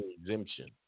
exemption